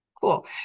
cool